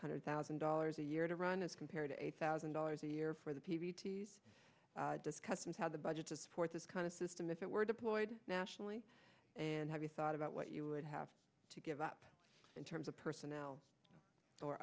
hundred thousand dollars a year to run as compared to eight thousand dollars a year for the p v t discusses how the budget to support this kind of system if it were deployed nationally and have you thought about what you would have to give up in terms of personnel or